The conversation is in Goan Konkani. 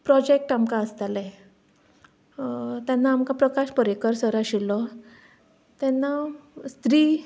प्रोजेक्ट आमकां आसताले तेन्ना आमकां प्रकाश पर्येकर सर आशिल्लो तेन्ना स्त्री